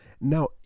Now